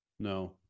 No